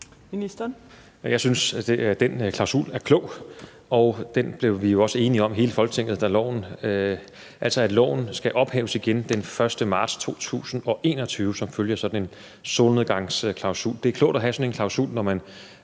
Heunicke): Jeg synes, at den klausul er klog, og vi, hele Folketinget, blev jo også enige om den, altså at loven skal ophæves igen den 1. marts 2021 som følge af sådan en solnedgangsklausul. Det er klogt at have sådan en klausul, når man